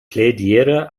plädiere